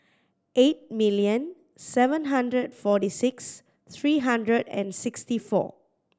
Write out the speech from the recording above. eight million seven hundred forty six three hundred and sixty four